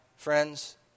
Friends